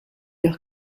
leur